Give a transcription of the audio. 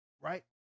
Right